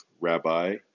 Rabbi